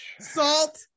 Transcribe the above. Salt